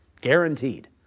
guaranteed